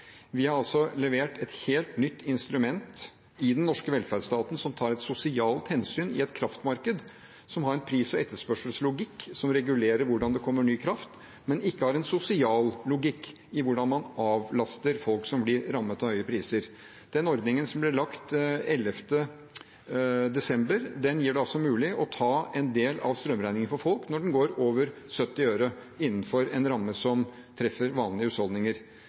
Vi har levert et helt nytt instrument i den norske velferdsstaten som tar sosiale hensyn i et kraftmarked som har en pris- og etterspørselslogikk som regulerer hvordan det kommer ny kraft, men som ikke har en sosial logikk i hvordan man avlaster folk som blir rammet av høye priser. Den ordningen som ble lagt fram den 11. desember, gjør det mulig å ta en del av folks strømregning når den går over 70 øre per kilowattime, innenfor en ramme som treffer vanlige husholdninger.